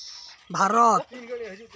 Bharat